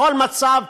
בכל מצב,